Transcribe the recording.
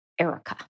Erica